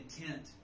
intent